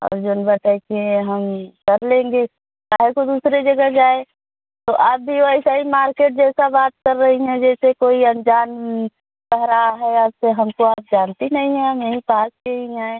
और जन बताए कि हम कर लेंगे काहे को दूसरे जगह जाए तो आप भी वैसा ही मार्केट जैसा बात कर रही हैं जैसे कोई अनजान कह रहा है या फिर हमको आप जानती नहीं है हम यहीं पास के ही हैं